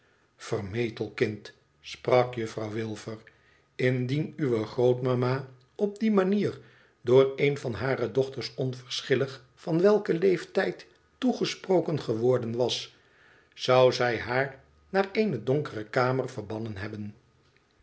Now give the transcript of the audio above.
vermetel kind sprak juffrouw wilfer t indien uwe grootmama op die manier door een van hare dochters onverschillig van welken leeftijd toegesproken geworden was zou zij haar naar eene donkere kamer verhannen hebben